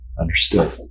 Understood